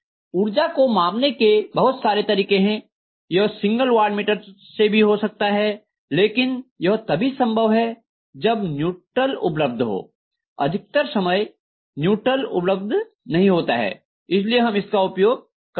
ऊर्जा को मापने के बहुत सारे तरीके हैं यह सिंगल वाट मीटर से हो सकता है लेकिन यह तभी संभव है जब न्यूट्रल उपलब्ध हो अधिकतर समय न्यूट्रल उपलब्ध नहीं होता है इसलिये हम इसका उपयोग करते हैं